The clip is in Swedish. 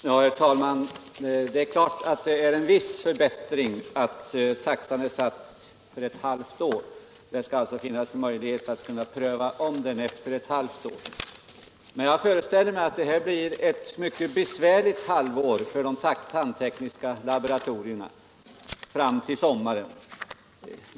SNS SA Herr talman! Det är klart att det är en viss förbättring att taxan är satt — Om information att gälla ett halvt år. Det kommer alltså att finnas möjlighet att ompröva = rörande alternativa den efter ett halvt år. Men jag föreställer mig att det blir ett mycket besvärligt — förskolor halvår för de tandtekniska laboratorierna fram till sommaren.